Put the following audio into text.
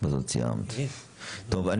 טוב,